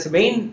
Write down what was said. main